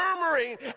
murmuring